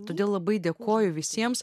todėl labai dėkoju visiems